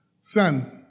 son